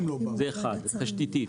תשתיתית,